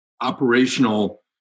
operational